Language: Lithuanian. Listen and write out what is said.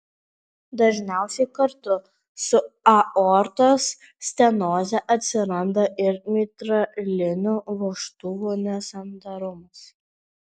dažniausiai kartu su aortos stenoze atsiranda ir mitralinių vožtuvų nesandarumas